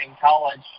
college